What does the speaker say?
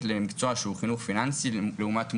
למקצוע שהוא חינוך פיננסי לעומת מוסיקה,